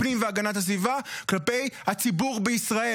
תפסיקי כבר, שחררי את השב"כ.